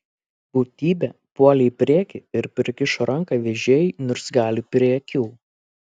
būtybė puolė į priekį ir prikišo ranką vežėjui niurzgaliui prie akių